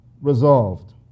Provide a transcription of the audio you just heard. resolved